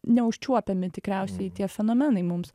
neužčiuopiami tikriausiai tie fenomenai mums